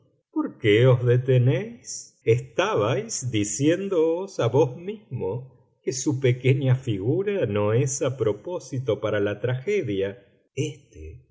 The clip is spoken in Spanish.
por qué os detenéis estabais diciéndoos a vos mismo que su pequeña figura no es a propósito para la tragedia éste